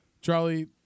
Charlie